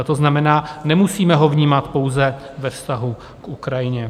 To znamená, nemusíme ho vnímat pouze ve vztahu k Ukrajině.